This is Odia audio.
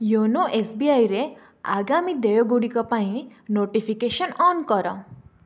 ୟୋନୋ ଏସ୍ବିଆଇରେ ଆଗାମୀ ଦେୟ ଗୁଡ଼ିକ ପାଇଁ ନୋଟିଫିକେସନ୍ ଅନ୍ କର